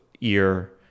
ear